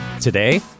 Today